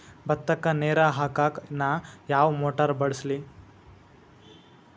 ಭತ್ತಕ್ಕ ನೇರ ಹಾಕಾಕ್ ನಾ ಯಾವ್ ಮೋಟರ್ ಬಳಸ್ಲಿ?